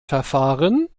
verfahren